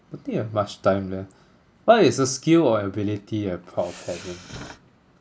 don't think we have much time left what is a skill or ability you are proud of having